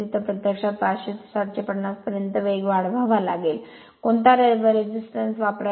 तर प्रत्यक्षात 500 ते 750 पर्यंत वेग वाढवावा लागेल कोणता प्रतिकार वापरायचा